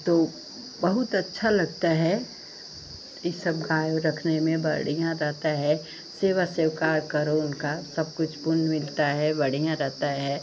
तो बहुत अच्छा लगता है इ सब गाय उ रखने में बढ़िया रहता है सेवा सेवकार करो करो उनका सब कुछ पुण्य मिलता है बढ़िया रहता है